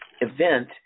event